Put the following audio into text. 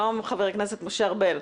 שלום חבר הכנסת משה ארבל.